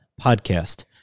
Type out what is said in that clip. Podcast